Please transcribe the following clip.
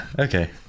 Okay